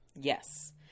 Yes